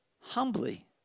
humbly